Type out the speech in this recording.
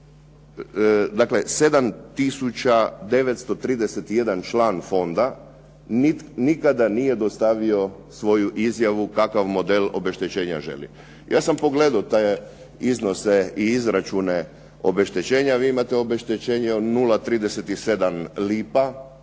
tisuća 931 član fonda, nikada nije dostavio svoju izjavu kakav model obeštećenja želi. Ja sam pogledao te iznose i izračune obeštećenja. Vi imate obeštećenje od 0,37 lipa,